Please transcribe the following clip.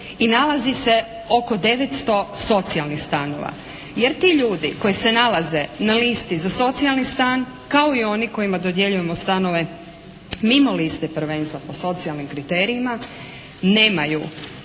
i nalazi se oko 900 socijalnih stanova. Jer ti ljudi koji se nalaze na listi za socijalni stan kao i oni kojima dodjeljujemo stanove mimo liste prvenstva po socijalnim kriterijima, nemaju